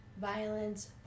violence